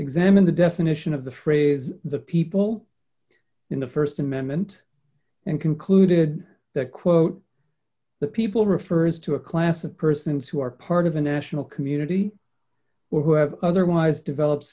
examine the definition of the phrase the people in the st amendment and concluded that quote the people refers to a class of persons who are part of a national community or who have otherwise develop